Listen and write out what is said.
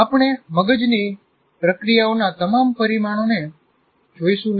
આપણે મગજની પ્રક્રિયાઓના તમામ પરિમાણોને જોઈશું નહીં